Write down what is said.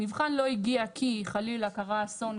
הנבחן לא הגיע כי חלילה קרה אסון,